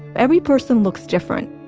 every person looks different